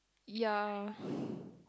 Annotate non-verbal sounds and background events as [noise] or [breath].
ya [breath]